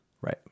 Right